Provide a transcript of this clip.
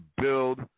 build